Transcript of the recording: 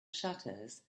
shutters